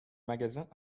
magasins